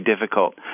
difficult